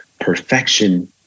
perfection